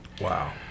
Wow